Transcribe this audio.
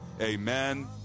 Amen